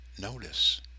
notice